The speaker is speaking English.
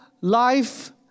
life